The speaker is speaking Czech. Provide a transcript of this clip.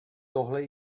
tohle